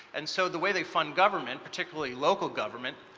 and so the way they fund government, particularly local government,